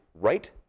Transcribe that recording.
right